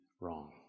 wrong